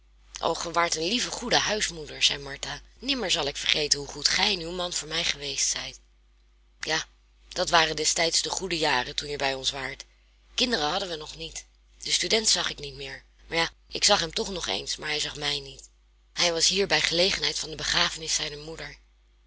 ge waart een lieve goede huismoeder zei martha nimmer zal ik vergeten hoe goed gij en uw man voor mij geweest zijt ja dat waren destijds de goede jaren toen je bij ons waart kinderen hadden we nog niet den student zag ik niet meer maar ja ik zag hem toch nog eens maar hij zag mij niet hij was hier bij gelegenheid van de begrafenis zijner moeder